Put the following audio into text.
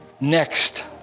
next